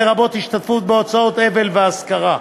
לרבות השתתפות בהוצאות האבל והאזכרה.